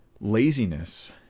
laziness